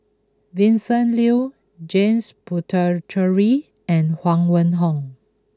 Vincent Leow James Puthucheary and Huang Wenhong